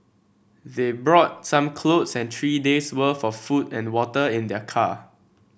they brought some clothes and three days' worth of food and water in their car